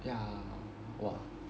yeah !wah!